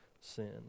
sin